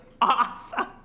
awesome